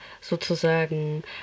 sozusagen